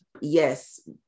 yes